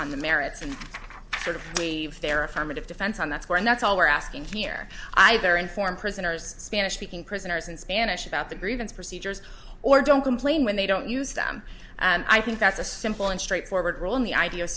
on the merits and sort of a fair affirmative defense on that score and that's all we're asking here either inform prisoners spanish speaking prisoners in spanish about the grievance procedures or don't complain when they don't use them and i think that's a simple and straightforward role in the idea of